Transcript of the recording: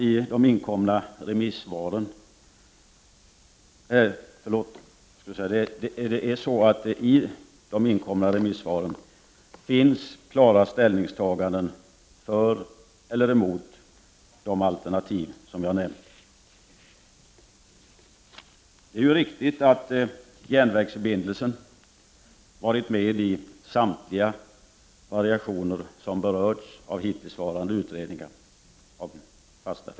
I de inkomna remissvaren finns klara ställningstaganden för eller emot de alternativ som jag nämnt. Det är riktigt att järnvägsförbindelsen har varit med i samtliga variationer för fasta förbindelser som berörts av hittillsvarande utredningar.